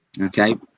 okay